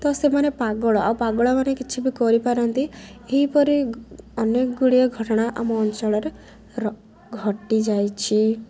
ତ ସେମାନେ ପାଗଳ ଆଉ ପାଗଳ ମାନେ କିଛି ବି କରିପାରନ୍ତି ଏହିପରି ଅନେକ ଗୁଡ଼ିଏ ଘଟଣା ଆମ ଅଞ୍ଚଳରେ ଘଟିଯାଇଛି